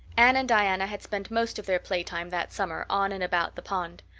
anne and diana had spent most of their playtime that summer on and about the pond.